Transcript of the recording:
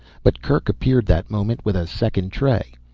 but kerk appeared that moment with a second tray.